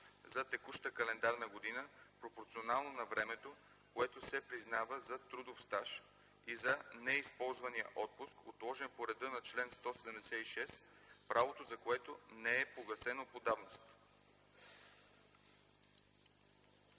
за текущата календарна година пропорционално на времето, което се признава за трудов стаж, и за неизползвания отпуск, отложен по реда на чл. 176, правото за който не е погасено по давност.”